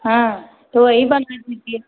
हाँ तो वही बना दीजिए